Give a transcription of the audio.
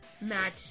match